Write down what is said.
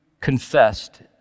confessed